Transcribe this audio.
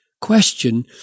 question